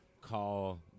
call